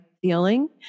feeling